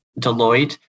Deloitte